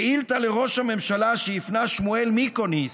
שאילתה לראש הממשלה שהפנה שמואל מיקוניס,